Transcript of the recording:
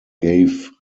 gave